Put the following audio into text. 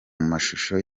mashusho